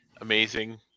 amazing